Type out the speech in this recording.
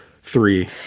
three